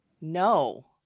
no